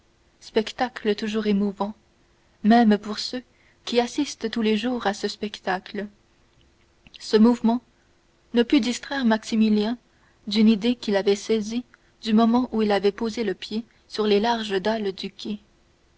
spectacle toujours émouvant même pour ceux qui assistent tous les jours à ce spectacle ce mouvement ne put distraire maximilien d'une idée qui l'avait saisi du moment où il avait posé le pied sur les larges dalles du quai